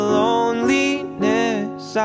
loneliness